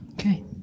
Okay